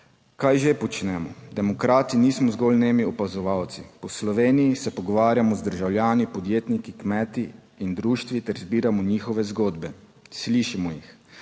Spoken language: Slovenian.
Kaj že počnemo? Demokrati nismo zgolj nemi opazovalci. Po Sloveniji se pogovarjamo z državljani, podjetniki, kmeti in društvi ter zbiramo njihove zgodbe. Slišimo jih.